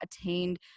attained